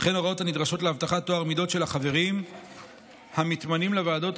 וכן הוראות הנדרשות להבטחת טוהר המידות של החברים המתמנים לוועדות,